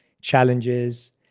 challenges